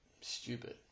stupid